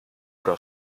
oder